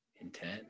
Intense